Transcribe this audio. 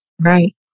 Right